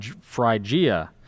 Phrygia